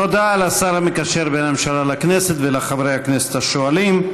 תודה לשר המקשר בין הממשלה לכנסת ולחברי הכנסת השואלים.